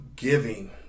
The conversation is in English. Giving